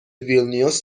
ویلنیوس